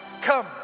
come